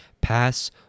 pass